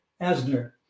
Asner